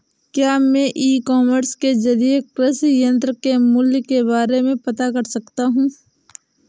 क्या मैं e commerce के ज़रिए कृषि यंत्र के मूल्य के बारे में पता कर सकता हूँ?